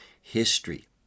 history